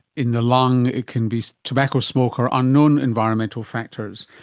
in the lung it can be tobacco smoke or unknown environmental factors.